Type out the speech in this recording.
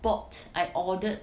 bought I ordered